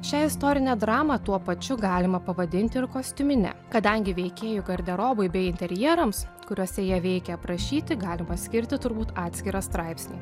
šią istorinę dramą tuo pačiu galima pavadinti ir kostiumine kadangi veikėjų garderobui bei interjerams kuriose jie veikia prašyti galima skirti turbūt atskirą straipsnį